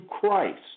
Christ